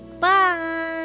bye